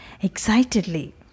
excitedly